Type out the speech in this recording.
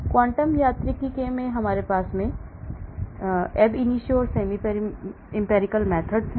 quantum यांत्रिकी में हमारे पास ab initio और semi empirical method है